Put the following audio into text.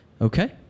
okay